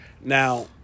Now